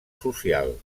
social